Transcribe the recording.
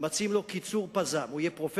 מציעים לו קיצור פז"ם: הוא יהיה פרופסור